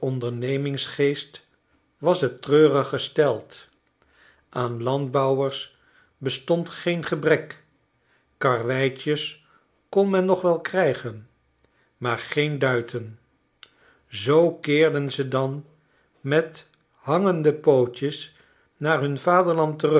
ondernemingsgeest was t treurig gesteld aan landbouwers bestond geen gebrek karweitjes kon men nog wel krijgen maar geen duiten zoo keerden ze dan met hangende pootjes naar hun